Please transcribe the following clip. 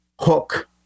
hook